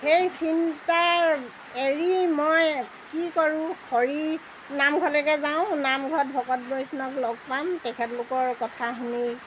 সেই চিন্তাৰ এৰি মই কি কৰোঁ হৰি নামঘৰলৈকে যাওঁ নামঘৰত ভকত বৈষ্ণক লগ পাম তেখেতলোকৰ কথা শুনি